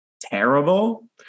terrible